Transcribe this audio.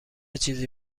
چیزی